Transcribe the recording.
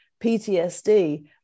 PTSD